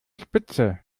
spitze